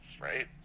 right